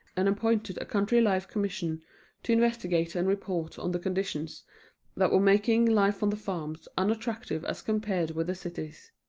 and appointed a country life commission to investigate and report on the conditions that were making life on the farms unattractive as compared with the cities.